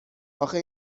آخه